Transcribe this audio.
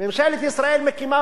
איזה תוקף יש לוועדה הזאת?